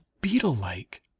beetle-like